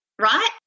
right